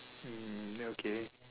mm then okay